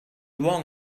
wrong